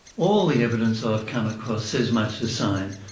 all the evidence i've come across says much the same,